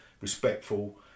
respectful